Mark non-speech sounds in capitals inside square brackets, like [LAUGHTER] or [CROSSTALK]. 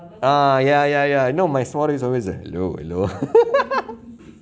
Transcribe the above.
ah ya ya ya you know my suara is always like hello [LAUGHS]